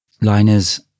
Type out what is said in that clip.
Liners